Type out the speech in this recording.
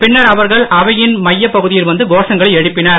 பின்னர் அவர்கள் அவையின் நடுப்பகுதிக்கு வந்து கோஷங்களை எழுப்பினர்